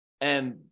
And-